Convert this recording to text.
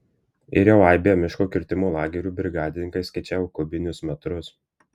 ir jau aibėje miško kirtimo lagerių brigadininkai skaičiavo kubinius metrus